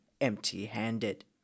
empty-handed